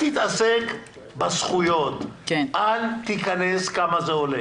תתעסק בזכויות, אל תיכנס לכמה זה עולה